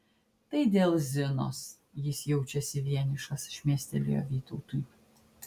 tai dėl zinos jis jaučiasi vienišas šmėstelėjo vytautui